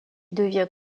devient